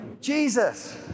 Jesus